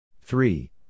Three